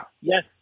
Yes